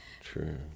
True